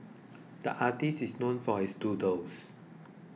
the artist is known for his doodles